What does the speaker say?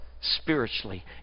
spiritually